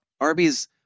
Arby's